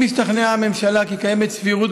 אם השתכנעה הממשלה כי קיימת סבירות